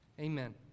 Amen